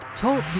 Talk